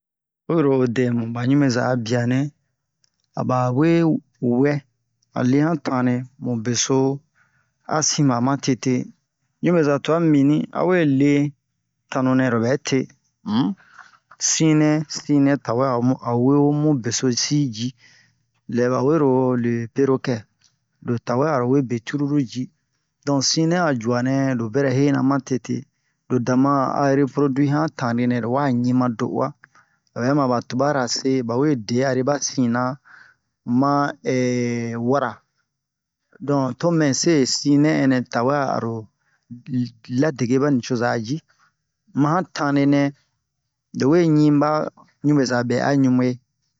oyi ro o dɛmu ba ɲubeza a bianɛ a bawe wɛ a le'an tane mu beso a sinba ma tete ɲubeza tua mibini a we le tanu nɛ lo bɛ te um sinɛ sinɛ ta we a'o we mu besosi ji lɛ ba wero le perokɛ lo ta wɛ aro we be cruru ji don sinɛ a juanɛ lo bɛrɛ hena ma tete lo da ma a reprodu'i han tane nɛ lo wa ɲi ma to'uwa o bɛ ma ba tubara se ba we de'ari ba sina ma wara don to mɛ se sinɛ ɛnɛ ta we aro ladeke ba nicoza ji ma han tane nɛ lo we ɲi ba ɲubeza bɛ'a ɲube